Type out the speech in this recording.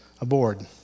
aboard